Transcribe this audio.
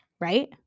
right